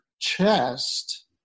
chest